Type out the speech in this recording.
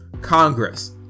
Congress